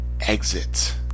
Exit